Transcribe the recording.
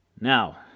Now